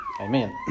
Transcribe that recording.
Amen